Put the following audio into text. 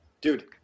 Dude